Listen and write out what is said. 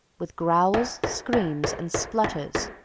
with growls, screams, and splutters,